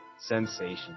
Sensation